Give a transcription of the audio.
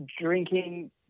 drinking